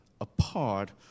apart